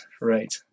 right